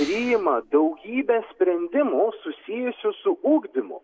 priima daugybę sprendimų susijusių su ugdymu